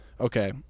okay